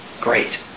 Great